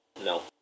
No